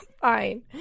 fine